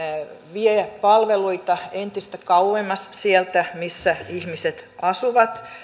vie palveluita entistä kauemmas sieltä missä ihmiset asuvat